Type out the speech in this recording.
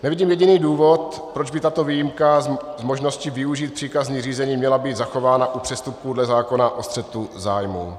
Nevidím jediný důvod, proč by tato výjimka z možnosti využít příkazní řízení, měla být zachována u přestupků dle zákona o střetu zájmů.